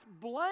blame